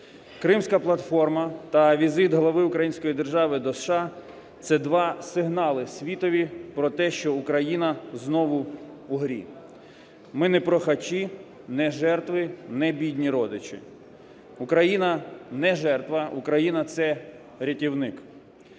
Кримська платформа та візит глави української держави до США – це два сигнали світові про те, що Україна знову в грі. Ми не прохачі, не жертви, не бідні родичі, Україна – не жертва, Україна – це рятівник.